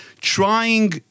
trying